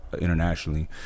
internationally